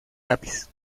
lápiz